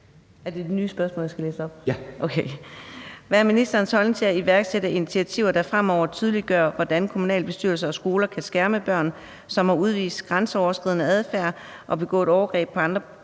Er det det nye spørgsmål, jeg skal læse op? (Formanden (Søren Gade): Ja). Okay. Hvad er ministerens holdning til at iværksætte initiativer, der fremover tydeliggør, hvordan kommunalbestyrelser og skoler kan skærme børn, som har udvist grænseoverskridende adfærd og begået overgreb på andre